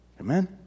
Amen